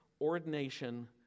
ordination